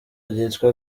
ryitwa